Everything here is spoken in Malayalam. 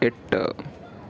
എട്ട്